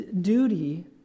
duty